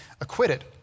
acquitted